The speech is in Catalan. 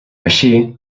així